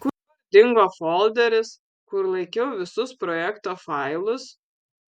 kur dingo folderis kur laikiau visus projekto failus